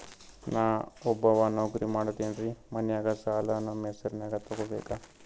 ನಾ ಒಬ್ಬವ ನೌಕ್ರಿ ಮಾಡತೆನ್ರಿ ಮನ್ಯಗ ಸಾಲಾ ನಮ್ ಹೆಸ್ರನ್ಯಾಗ ತೊಗೊಬೇಕ?